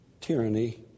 tyranny